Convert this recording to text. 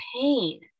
pain